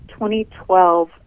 2012